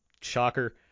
Shocker